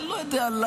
אבל אני לא יודע למה.